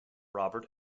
robert